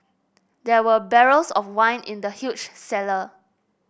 there were barrels of wine in the huge cellar